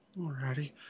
Alrighty